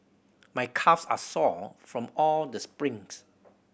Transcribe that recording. my calves are sore from all the sprints